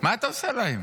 מה אתה עושה להם?